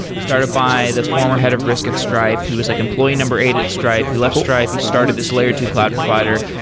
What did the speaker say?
started by the former head of risk at stripe. he was like employee number eight at stripe. he left stripe. he started this layer two cloud provider.